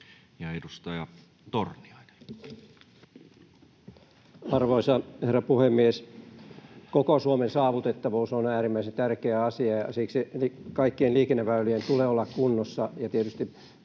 edustaja Torniainen. Arvoisa herra puhemies! Koko Suomen saavutettavuus on äärimmäisen tärkeä asia, ja siksi kaikkien liikenneväylien tulee olla kunnossa,